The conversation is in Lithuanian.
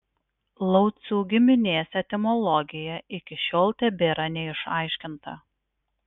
laucių giminės etimologija iki šiol tebėra neišaiškinta